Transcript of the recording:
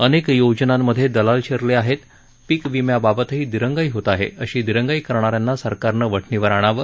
अनेक योजनांमधे दलाल शिरले आहेत पीक विम्याबाबतही दिरंगाई होत आहे अशी दिरंगाई करणा यांना सरकारनं वठणीवर आणावं